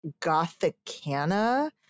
Gothicana